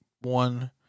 one